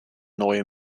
neue